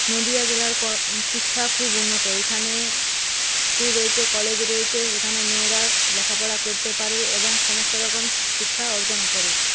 নদিয়া জেলার কর শিক্ষা খুব উন্নত এখানে স্কুল রয়েছে কলেজ রয়েছে যেখানে মেয়েরা লেখা পড়া করতে পারে এবং সমস্ত রকম শিক্ষা অর্জন করে